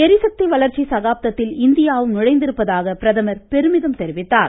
ளிசக்தி வளர்ச்சி சகாப்தத்தில் இந்தியாவும் நுழைந்திருப்பதாக பிரதமர் பெருமிதம் தெரிவித்தார்